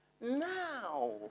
Now